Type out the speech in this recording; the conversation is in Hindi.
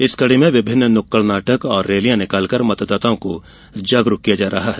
इसी कड़ी में विभिन्न नुक्कड़ नाटक और रैलियां निकालकर मतदाताओं को जागरुक किया जा रहा है